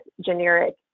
generic